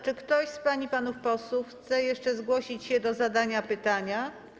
Czy ktoś z pań i panów posłów chce jeszcze zgłosić się do zadania pytania?